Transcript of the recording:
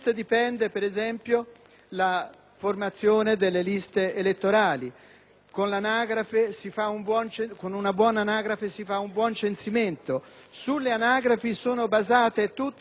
con una buona anagrafe si fa un buon censimento; sulle anagrafi sono basate tutte le indagini campionarie della nostra statistica ufficiale.